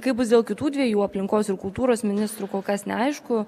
kaip bus dėl kitų dviejų aplinkos ir kultūros ministrų kol kas neaišku